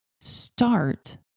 start